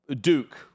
Duke